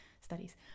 studies